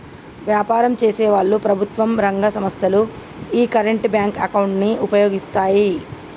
వ్యాపారం చేసేవాళ్ళు, ప్రభుత్వం రంగ సంస్ధలు యీ కరెంట్ బ్యేంకు అకౌంట్ ను వుపయోగిత్తాయి